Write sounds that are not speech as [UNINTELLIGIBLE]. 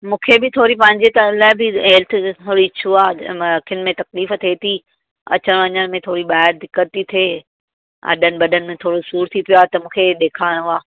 मूंखे बि थोड़ी पंहिंजे तर लाइ [UNINTELLIGIBLE] थोरी छुआ अखियुनि में तकलीफ़ थिए थी अचनि वञनि में थोरी ॿाहिरि दिक़त ती थिए अॾन बॾन में थोड़ो सूरु थी पियो आहे त मूंखे ॾेखारणो आहे